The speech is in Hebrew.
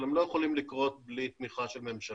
אבל הם לא יכולים לקרות בלי תמיכה של ממשלות,